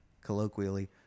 colloquially